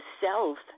self